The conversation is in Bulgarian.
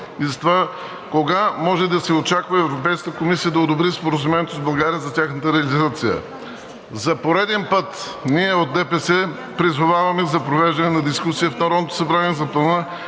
и затова кога може да се очаква Европейската комисия да одобри споразумението с България за тяхната реализация. За пореден път ние от ДПС призоваваме за провеждане на дискусия в Народното събрание за плана